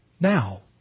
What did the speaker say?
Now